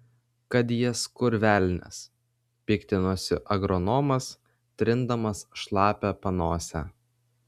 kad jas kur velnias piktinosi agronomas trindamas šlapią panosę